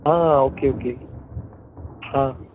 आं okay okay हां